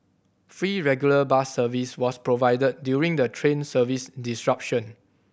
free regular bus service was provided during the train service disruption